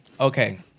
Okay